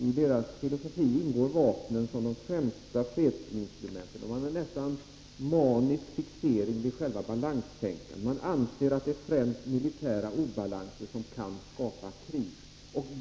enligt deras filosofi är de främsta fredsinstrumenten. Moderaterna är nästan maniskt fixerade vid själva balanstänkandet. De anser att det är främst militära obalanser som kan skapa krig.